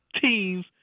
teams